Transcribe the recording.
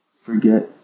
forget